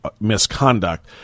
misconduct